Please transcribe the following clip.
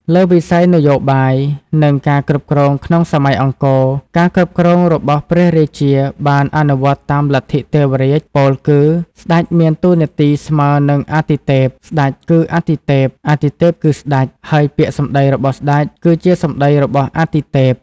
លើវិស័យនយោបាយ និងការគ្រប់គ្រងក្នុងសម័យអង្គរ ការគ្រប់គ្រងរបស់ព្រះរាជាបានអនុវត្តតាមលទ្ធិទេវរាជ ពោលគឺ ស្តេចមានតួនាទីស្មើនឹងអាទិទេព ស្តេចគឺអាទិទេព អាទិទេពគឺស្ដេច ហើយពាក្យសម្តីរបស់ស្ដេច គឺជាសម្តីរបស់អាទិទេព។